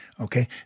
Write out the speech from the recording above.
Okay